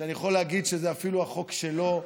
שאני יכול להגיד שזה אפילו החוק שלו,